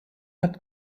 hat